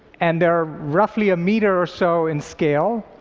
and they're roughly a meter or so in scale,